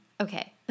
Okay